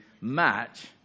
match